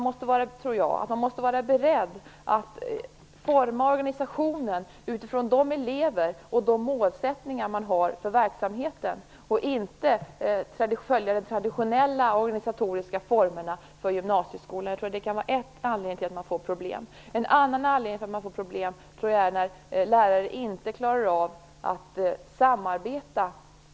Man måste vara beredd att forma organisationen utifrån de elever man har och de målsättningar man har för verksamheten, och inte följa de traditionella organisatoriska formerna för gymnasieskolan. Jag tror att det kan vara en anledning till att man får problem. En annan anledning till att man får problem tror jag kan vara att lärare inte klarar av att samarbeta.